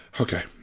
Okay